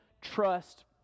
trust